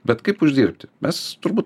bet kaip uždirbti mes turbūt